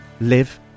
live